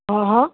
અહં